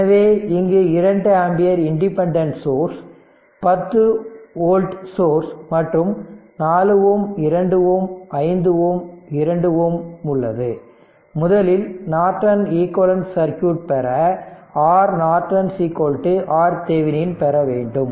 எனவே இங்கு 2 ampere independent source 10 volt source மற்றும் 4 Ω 2 Ω 5Ω 2 Ω உள்ளது முதலில் நார்டன் ஈக்குவேலன்ட் சர்க்யூட் பெற Rநார்டன் Rதெவெனின் பெற வேண்டும்